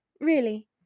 really